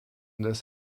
this